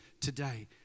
today